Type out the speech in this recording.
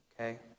Okay